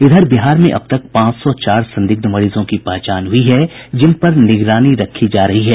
इधर बिहार में अब तक पांच सौ चार संदिग्ध मरीजों की पहचान हयी है जिन पर निगरानी रखी जा रही है